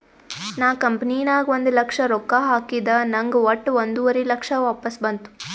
ನಾ ಕಂಪನಿ ನಾಗ್ ಒಂದ್ ಲಕ್ಷ ರೊಕ್ಕಾ ಹಾಕಿದ ನಂಗ್ ವಟ್ಟ ಒಂದುವರಿ ಲಕ್ಷ ವಾಪಸ್ ಬಂತು